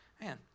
man